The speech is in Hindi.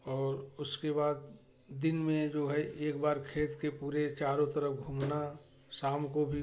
और उसके बाद दिन में जो है एक बार खेत के पूरे चारों तरफ घूमना शाम को भी